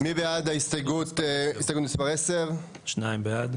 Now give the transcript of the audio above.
הסתייגות מספר 10. הצבעה בעד,